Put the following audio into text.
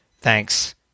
thanks